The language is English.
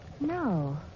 No